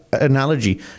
analogy